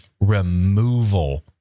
removal